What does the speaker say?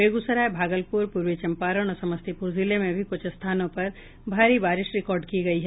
बेगूसराय भागलपुर पूर्वी चंपारण और समस्तीपुर जिले में भी कुछ स्थानों पर भारी बारिश रिकार्ड की गयी है